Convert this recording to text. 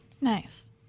Nice